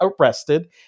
arrested